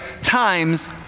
times